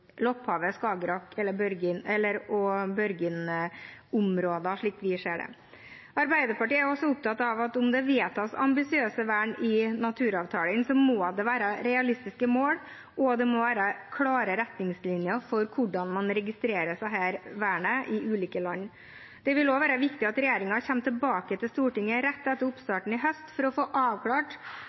Lopphavet, Skagerrak og Børgin-området, slik vi ser det. Arbeiderpartiet er også opptatt av at om det vedtas ambisiøse vern i naturavtalene, så må det være realistiske mål, og det må være klare retningslinjer for hvordan man registrerer disse vernene i ulike land. Det vil også være viktig at regjeringen kommer tilbake til Stortinget rett etter oppstarten i høst for å få avklart